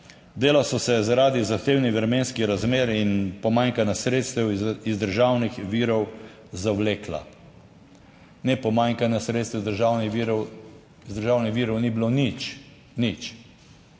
Dela so se zaradi zahtevnih vremenskih razmer in pomanjkanja sredstev iz državnih virov zavlekla. Ne pomanjkanje sredstev iz državnih virov, iz državnih